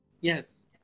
Yes